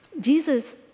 Jesus